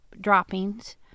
droppings